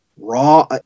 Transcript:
raw